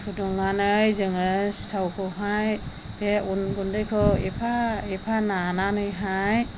फुदुंनानै जोङो सिथावखौहाय बे अन गुन्दैखौ एफा एफा नानानैहाय